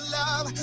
love